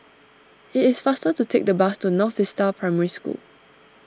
it is faster to take the bus to North Vista Primary School